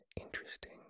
interesting